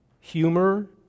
humor